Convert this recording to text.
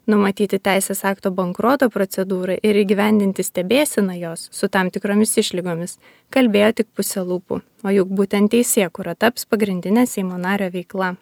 numatyti teisės akto bankroto procedūrą ir įgyvendinti stebėseną jos su tam tikromis išlygomis kalbėjo tik puse lūpų o juk būtent teisėkūra taps pagrindine seimo nario veikla